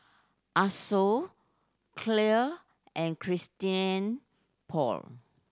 Asos Clear and Christian Paul